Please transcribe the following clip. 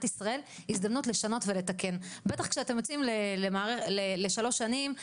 ישראל הזדמנות לשנות ולתקן בטח כשאתם יוצאים לשלוש שנים של